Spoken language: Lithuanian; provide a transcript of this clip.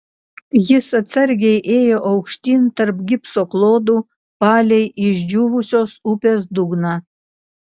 jis atsargiai ėjo aukštyn tarp gipso klodų palei išdžiūvusios upės dugną